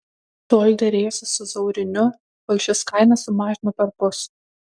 tol derėjosi su zauriniu kol šis kainą sumažino perpus